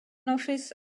office